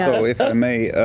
ah if i may,